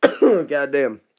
Goddamn